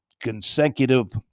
consecutive